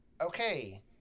okay